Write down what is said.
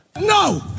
no